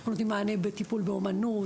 אנחנו נותנים מענה בטיפול באמנות,